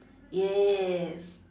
yes